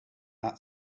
not